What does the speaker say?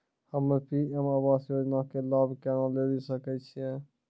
हम्मे पी.एम आवास योजना के लाभ केना लेली सकै छियै?